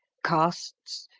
castes,